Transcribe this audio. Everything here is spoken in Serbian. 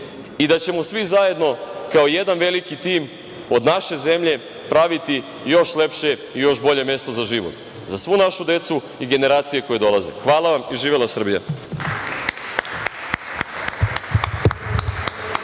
i da ćemo svi zajedno kao jedan veliki tim od naše zemlje praviti još lepše i još bolje mesto za život za svu našu decu i generacije koje dolaze. Hvala vam i živela Srbija.